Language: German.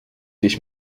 dich